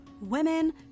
women